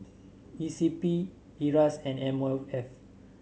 E C P Iras and M O F